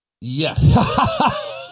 Yes